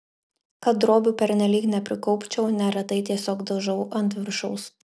kad drobių pernelyg neprikaupčiau neretai tiesiog dažau ant viršaus